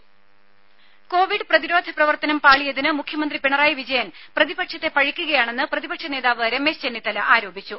രുക COVID പ്രതിരോധ പ്രവർത്തനം പാളിയതിന് മുഖ്യമന്ത്രി പിണറായി വിജയൻ പ്രതിപക്ഷത്തെ പഴിക്കുകയാണെന്ന് പ്രതിപക്ഷ നേതാവ് രമേശ് ചെന്നിത്തല പറഞ്ഞു